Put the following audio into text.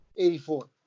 84